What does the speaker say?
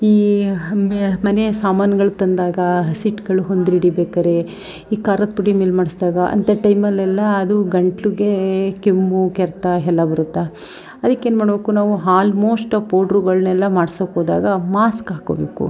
ಈ ಹಾಗೆ ಮನೆ ಸಾಮಾನುಗಳು ತಂದಾಗ ಹಸಿ ಹಿಟ್ಗಳು ಹೊಂದ್ರಿಡಿಬೇಕಾದ್ರೆ ಈ ಖಾರದ್ ಪುಡಿ ಮಿಲ್ ಮಾಡಿಸ್ದಾಗ ಅಂಥ ಟೈಮಲ್ಲೆಲ್ಲ ಅದು ಗಂಟ್ಲಿಗೆ ಕೆಮ್ಮು ಕೆರೆತ ಎಲ್ಲ ಬರುತ್ತಾ ಅದಕ್ಕೇನು ಮಾಡಬೇಕು ನಾವು ಆಲ್ಮೋಸ್ಟು ಪೌಡ್ರುಗಳನ್ನೆಲ್ಲ ಮಾಡ್ಸೋಕೋದಾಗ ಮಾಸ್ಕ್ ಹಾಕ್ಕೋಬೇಕು